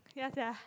ya sia